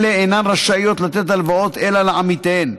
אלה אינן רשאיות לתת הלוואות אלא לעמיתיהן,